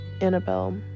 Annabelle